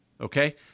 Okay